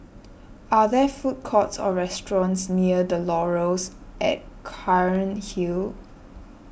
are there food courts or restaurants near the Laurels at Cairnhill